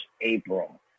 April